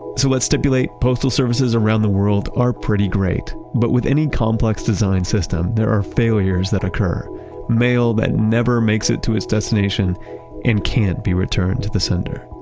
so let's stipulate postal services around the world are pretty great, but with any complex design system, there are failures that occur mail that never makes it to its destination and can't be returned to the sender.